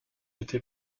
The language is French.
été